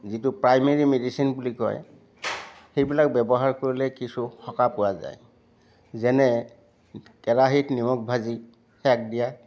যিটো primary medicine বুলি কয় সেইবিলাক ব্যৱহাৰ কৰিলে কিছু সকাহ পোৱা যায় যেনে কেৰাহিত নিমখ ভাজি সেক দিয়া